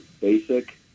basic